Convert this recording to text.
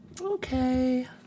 Okay